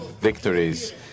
victories